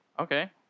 okay